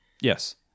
Yes